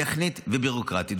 טכנית וביורוקרטית,